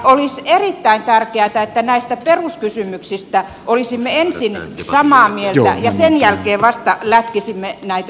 olisi erittäin tärkeätä että näistä peruskysymyksistä olisimme ensin samaa mieltä ja sen jälkeen vasta lätkisimme näitä leimoja